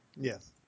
Yes